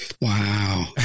wow